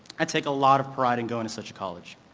i take a lot of pride in going to such a college.